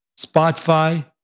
Spotify